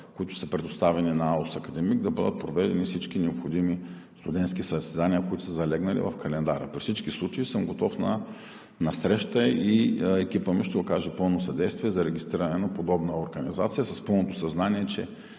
които са предоставени на АУС „Академик“, за да бъдат проведени всички необходими студентски състезания, които са залегнали в календара. При всички случаи съм готов на среща и екипът ми ще окаже пълно съдействие за регистриране на подобна организация с пълното съзнание, че